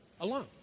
Alone